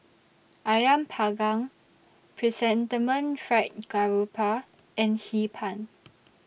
Ayam Panggang Chrysanthemum Fried Garoupa and Hee Pan